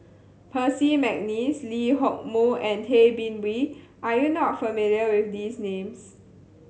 Percy McNeice Lee Hock Moh and Tay Bin Wee are you not familiar with these names